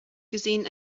gesehen